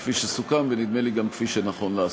כפי שסוכם, ונדמה לי גם כפי שנכון לעשות.